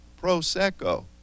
prosecco